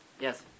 Yes